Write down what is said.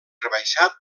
rebaixat